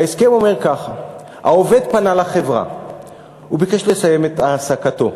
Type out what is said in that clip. וההסכם אומר ככה: "העובד פנה לחברה וביקש לסיים את העסקתו"